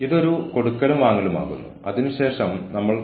ഇത് രണ്ടുപേർക്കും ഉപകാരമുള്ള സാഹചര്യമാണ്